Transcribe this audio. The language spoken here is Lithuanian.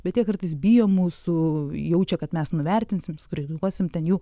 bet jie kartais bijo mūsų jaučia kad mes nuvertinsim sukritikuosim ten jų